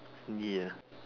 ya